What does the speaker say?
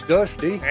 Dusty